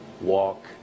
walk